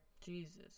Jesus